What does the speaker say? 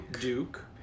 duke